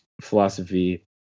Philosophy